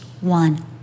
one